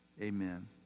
amen